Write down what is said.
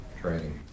training